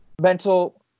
Mental